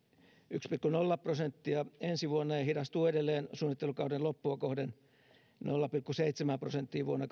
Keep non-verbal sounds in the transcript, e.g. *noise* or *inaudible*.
yksi pilkku nolla prosenttia ensi vuonna ja hidastuu edelleen suunnittelukauden loppua kohden nolla pilkku seitsemään prosenttiin vuonna *unintelligible*